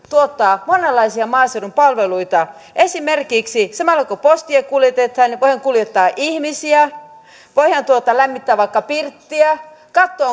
tuottaa monenlaisia maaseudun palveluita esimerkiksi samalla kun postia kuljetetaan voidaan kuljettaa ihmisiä voidaan lämmittää vaikka pirttiä katsoa